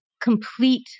complete